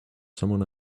someone